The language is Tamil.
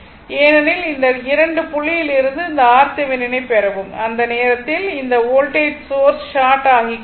ஏனென்றால் இந்த 2 புள்ளியிலிருந்து அந்த RThevenin ஐப் பெறவும் அதே நேரத்தில் இந்த வோல்டேஜ் சோர்ஸ் ஷார்ட் ஆக்குகிறது